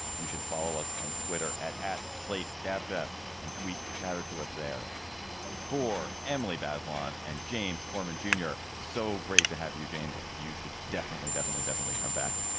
you should follow us on twitter at at slate gabfest and tweet chatto to us there for emily bazelon and james forman jr. so great to have you, james. and you should definitely, definitely, definitely come back.